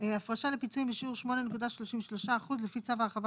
הפרשה בשיעור 7.5% לתגמולים לפי צו ההרחבה